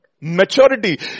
maturity